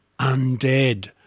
Undead